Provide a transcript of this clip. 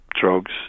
drugs